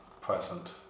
present